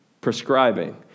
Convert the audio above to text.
prescribing